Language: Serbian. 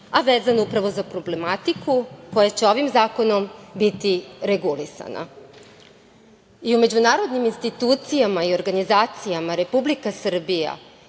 a vezano upravo za problematiku koja će ovim zakonom biti regulisana. I u međunarodnim institucijama i organizacijama Republika Srbija